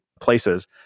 places